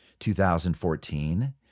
2014